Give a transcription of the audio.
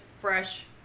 fresh